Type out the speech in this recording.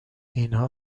اینها